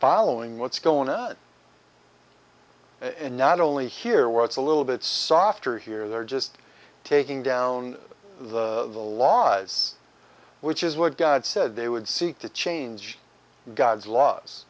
following what's going on and not only here where it's a little bit softer here they're just taking down the law as which is what god said they would seek to change god's laws